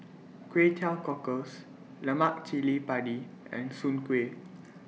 Kway Teow Cockles Lemak Cili Padi and Soon Kueh